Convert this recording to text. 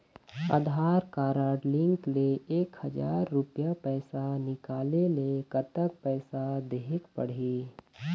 आधार card link ले एक हजार रुपया पैसा निकाले ले कतक पैसा देहेक पड़ही?